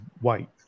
white